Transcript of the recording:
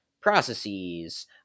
processes